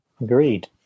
Agreed